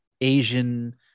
Asian